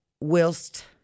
whilst